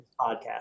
podcast